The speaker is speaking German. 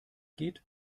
geht